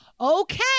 okay